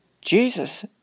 Jesus